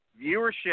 viewership